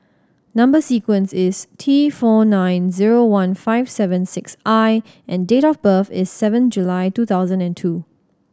number sequence is T four nine zero one five seven six I and date of birth is seven July two thousand and two